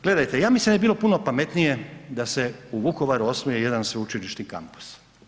Gledajte, ja mislim da bi bilo puno pametnije da se u Vukovaru osnuje jedan sveučilišni kampus.